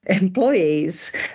employees